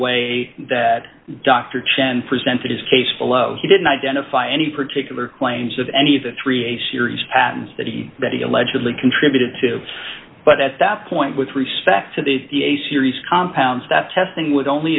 way that dr chen presented his case below he didn't identify any particular claims of any of the three a series patents that he that he allegedly contributed to but at that point with respect to the series compounds that testing would only